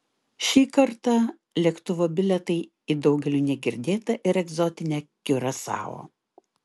šį kartą lėktuvo bilietai į daugeliui negirdėtą ir egzotinę kiurasao